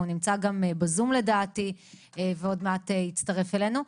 הוא נמצא גם בזום לדעתי ועוד יצטרף אלינו.